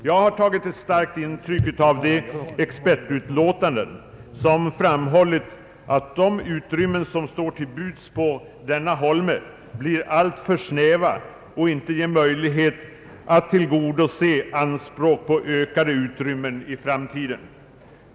Jag har tagit starkt intryck av de expertutlåtanden som framhållit att de utrymmen som står till buds på denna holme är alltför snäva och inte ger möjlighet att tillgodose anspråk på ökade utrymmen i framtiden.